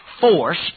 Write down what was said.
force